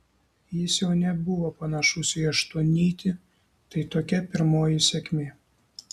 jis jau nebuvo panašus į aštuonnytį tai tokia pirmoji sėkmė